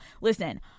listen